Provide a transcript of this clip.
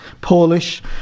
Polish